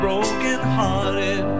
Broken-hearted